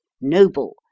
noble